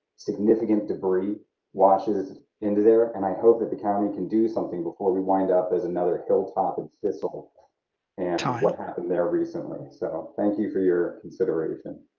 significant debris washes into there, and i hope that the county can do something before we wind up as another hilltop and thistle and what happened there recently. so thank you for your consideration.